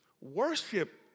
Worship